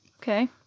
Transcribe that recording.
Okay